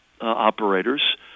operators